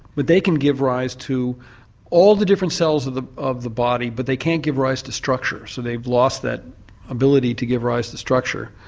but they can give rise to all the different cells of the of the body but they can't can't give rise to structure. so they've lost that ability to give rise to structure.